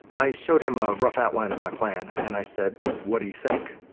i showed him a rough outline of my plan and i said what do you think?